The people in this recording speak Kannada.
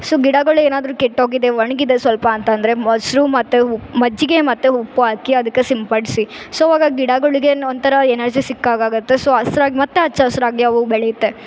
ಸೊ ಗಿಡಗಳು ಏನಾದರು ಕೆಟ್ಟೋಗಿದೆ ಒಣಗಿದೆ ಸ್ವಲ್ಪ ಅಂತಂದರೆ ಮೊಸರು ಮತ್ತು ಉ ಮಜ್ಜಿಗೆ ಮತ್ತು ಉಪ್ಪು ಹಾಕಿ ಅದಕ್ಕೆ ಸಿಂಪಡಿಸಿ ಸೊ ಅವಾಗ ಗಿಡಗಳ್ಗೆನೊ ಒಂಥರ ಎನರ್ಜಿ ಸಿಕ್ಕಾಗಾಗುತ್ತೆ ಸೊ ಹಸ್ರಾಗ್ ಮತ್ತು ಹಚ್ಚ ಹಸಿರಾಗಿ ಅವು ಬೆಳೆಯುತ್ತೆ